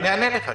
אני אענה לך.